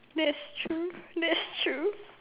that's true that's true